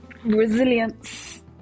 Resilience